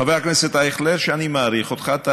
חבר הכנסת אייכלר, אני מעריך אותך.